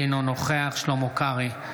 אינו נוכח שלמה קרעי,